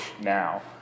now